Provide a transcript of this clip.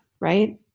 right